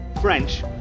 French